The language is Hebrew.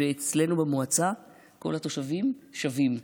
אצלנו במועצה כל התושבים שווים,